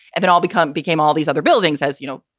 and then i'll become became all these other buildings. as you know,